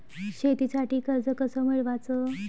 शेतीसाठी कर्ज कस मिळवाच?